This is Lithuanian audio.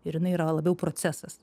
ir jinai yra labiau procesas